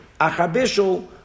achabishol